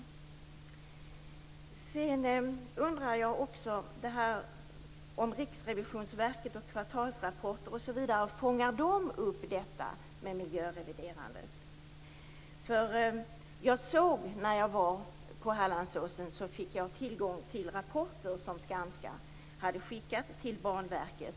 Jag undrar också om Riksrevisionsverket, kvartalsrapporter osv. fångar upp miljöreviderandet. När jag var på Hallandsåsen fick jag tillgång till rapporter som Skanska hade skickat till Banverket.